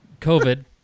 COVID